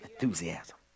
Enthusiasm